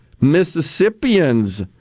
Mississippians